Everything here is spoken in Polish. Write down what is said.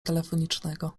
telefonicznego